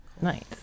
Nice